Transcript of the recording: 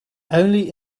only